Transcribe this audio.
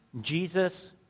Jesus